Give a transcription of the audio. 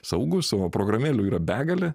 saugūs o programėlių yra begalė